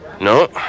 No